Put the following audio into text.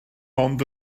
ond